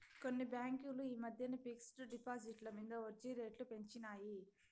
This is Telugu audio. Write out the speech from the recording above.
కొన్ని బాంకులు ఈ మద్దెన ఫిక్స్ డ్ డిపాజిట్ల మింద ఒడ్జీ రేట్లు పెంచినాయి